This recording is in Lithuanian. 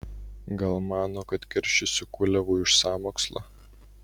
gal mano kad keršysiu kuliavui už sąmokslą